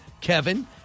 Kevin